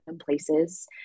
places